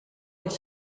els